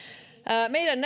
meidän